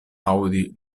aŭdi